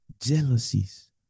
jealousies